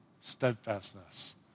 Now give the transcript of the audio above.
steadfastness